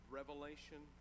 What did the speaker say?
revelation